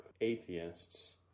atheists